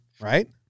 right